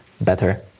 better